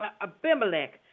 Abimelech